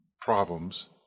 problems